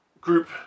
group